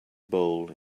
bowl